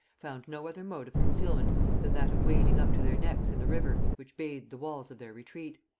found no other mode of concealment than that of wading up to their necks in the river which bathed the walls of their retreat.